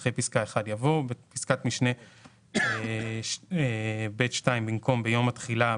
בפסקה (1) - בפסקת משנה (ב)(2) במקום "ביום התחילה ואילך"